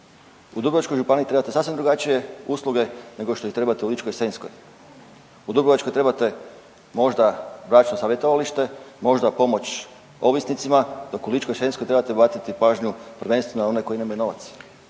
U Dubrovačkoj županiji trebate sasvim drugačije usluge nego što ih trebate u Ličko-senjskoj, u Dubrovačkoj trebate možda bračno savjetovalište, možda pomoć ovisnicima dok u Ličko-senjskoj trebate obratiti pažnju prvenstveno na one koji nemaju novac.